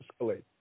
escalate